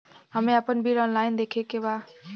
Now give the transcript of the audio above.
हमे आपन bill online देखे के बा?